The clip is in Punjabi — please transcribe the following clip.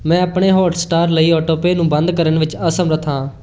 ਮੈਂ ਆਪਣੇ ਹੌਟਸਟਾਰ ਲਈ ਔਟੋਪੇਅ ਨੂੰ ਬੰਦ ਕਰਨ ਵਿੱਚ ਅਸਮਰੱਥ ਹਾਂ